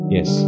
Yes